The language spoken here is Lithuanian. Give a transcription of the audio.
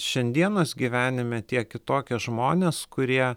šiandienos gyvenime tie kitokie žmonės kurie